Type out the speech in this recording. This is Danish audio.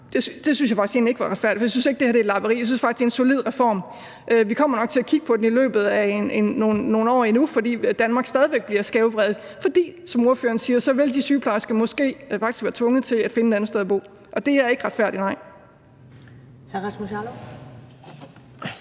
det synes jeg egentlig ikke var retfærdigt, og jeg synes egentlig ikke, at det her er et lapperi. Jeg synes, det her er en solid reform, og vi kommer nok til at kigge på det i løbet af nogle år, fordi Danmark stadig bliver skævvredet, og fordi de sygeplejersker, som ordføreren siger, måske vil være tvunget til at finde et andet sted at bo. Og det er ikke retfærdigt. Kl.